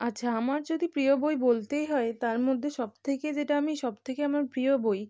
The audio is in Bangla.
আচ্ছা আমার যদি প্রিয় বই বলতেই হয় তার মধ্যে সবথেকে যেটা আমি সবথেকে আমার প্রিয় বই